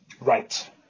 Right